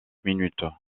minutes